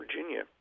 Virginia